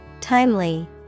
Timely